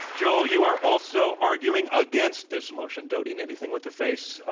joel, you are also arguing against this motion, don't eat anything with a face.